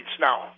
now